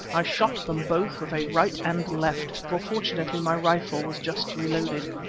i shot them both with a right and left, for fortunately my rifle was just reloaded.